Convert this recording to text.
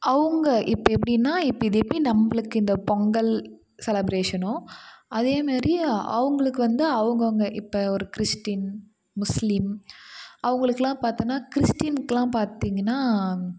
அவங்க இப்போ எப்படின்னா இப்போ இது எப்படி நம்மளுக்கு இந்த பொங்கல் செலப்ரேஷனோ அதே மேரி அவங்களுக்கு வந்து அவங்கவுங்க இப்போ ஒரு கிறிஸ்டின் முஸ்லீம் அவங்களுக்குலாம் பார்த்தோனா கிறிஸ்டினுக்குலாம் பார்த்திங்கன்னா